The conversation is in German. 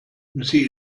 sie